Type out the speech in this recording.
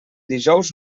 dijous